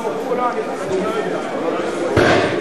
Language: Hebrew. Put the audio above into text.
בבקשה.